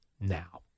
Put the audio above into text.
now